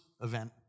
event